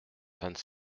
vingt